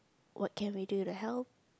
what can we do to help